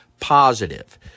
positive